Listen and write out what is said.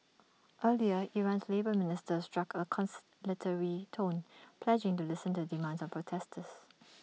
earlier Iran's labour minister struck A conciliatory tone pledging to listen to demands of protesters